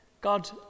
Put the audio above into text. God